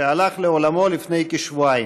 שהלך לעולמו לפני כשבועיים.